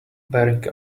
bearing